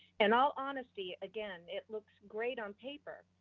and all honesty, again, it looks great on paper,